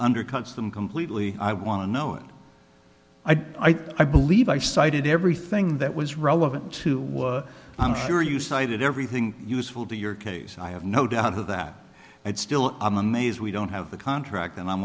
undercuts them completely i want to know and i believe i cited everything that was relevant to what i'm sure you cited everything useful to your case i have no doubt of that it's still a maze we don't have the contract and i'm